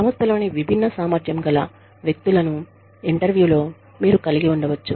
సంస్థలోని విభిన్న సామర్థ్యం గల వ్యక్తులను ఇంటర్వ్యూలో మీరు కలిగి ఉండవచ్చు